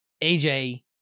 AJ